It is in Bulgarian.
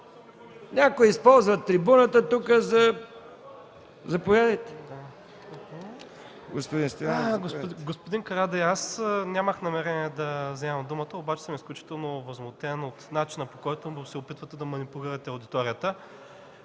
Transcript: Някои използват трибуната тук за... Заповядайте! РАДИ СТОЯНОВ (Атака): Господин Карадайъ, аз нямах намерение да вземам думата, обаче съм изключително възмутен от начина, по който се опитвате да манипулирате аудиторията.